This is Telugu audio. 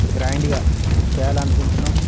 గ్రాండ్గా చేయాలనుకుంటున్నాం